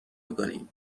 میکنی